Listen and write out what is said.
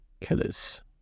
Killers